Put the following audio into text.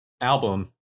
album